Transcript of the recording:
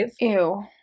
Ew